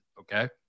Okay